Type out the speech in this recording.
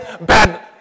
bad